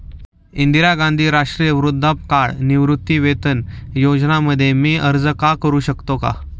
इंदिरा गांधी राष्ट्रीय वृद्धापकाळ निवृत्तीवेतन योजना मध्ये मी अर्ज का करू शकतो का?